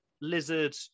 Lizard